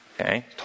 okay